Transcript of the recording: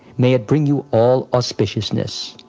may it bring you all auspiciousness.